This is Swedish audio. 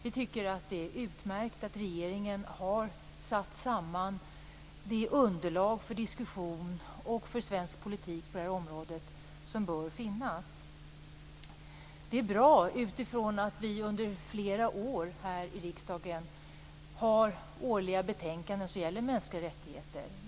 Vi tycker att det är utmärkt att regeringen har satt samman det underlag för diskussion och för svensk politik som bör finnas på det här området. Det är bra utifrån att vi under flera år här i riksdagen utarbetat årliga betänkanden som gäller mänskliga rättigheter.